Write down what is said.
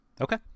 Okay